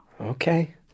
Okay